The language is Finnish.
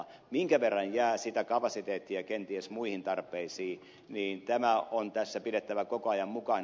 se minkä verran jää sitä kapasiteettia kenties muihin tarpeisiin on tässä pidettävä koko ajan mukana